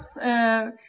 Yes